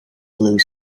blue